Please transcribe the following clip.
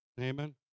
Amen